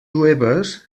jueves